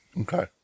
Okay